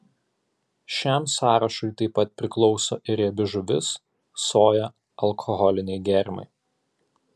šiam sąrašui taip pat priklauso ir riebi žuvis soja alkoholiniai gėrimai